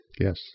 Yes